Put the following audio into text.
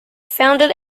founded